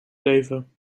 leven